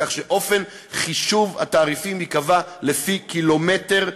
כך שאופן חישוב התעריפים ייקבע לפי קילומטר,